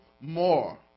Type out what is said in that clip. more